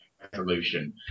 resolution